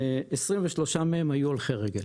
23 מהם היו הולכי רגל.